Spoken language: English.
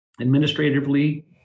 administratively